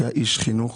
היה איש חינוך.